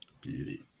beauty